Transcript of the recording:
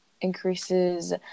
increases